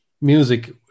music